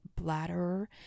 bladder